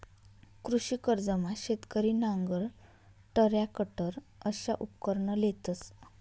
कृषी कर्जमा शेतकरी नांगर, टरॅकटर अशा उपकरणं लेतंस